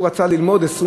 הוא רצה ללמוד 24